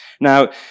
Now